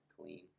clean